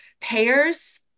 payers